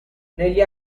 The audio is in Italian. negli